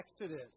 Exodus